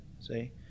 see